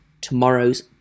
tomorrow's